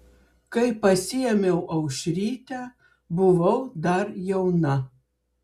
kai pasiėmiau aušrytę buvau dar jauna